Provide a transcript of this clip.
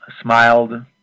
smiled